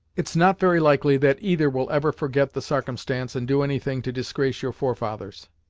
it's not very likely that either will ever forget the sarcumstance and do any thing to disgrace your forefathers.